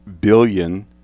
billion